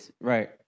right